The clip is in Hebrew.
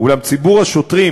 אולם ציבור השוטרים,